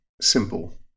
simple